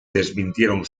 desmintieron